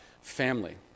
family